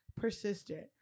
persistent